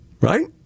Right